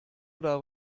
oder